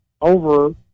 over